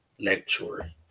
lecture